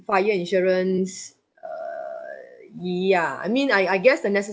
fire insurance err ya I mean I I guess the necess~